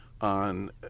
on